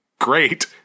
great